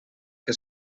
que